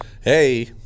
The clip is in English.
Hey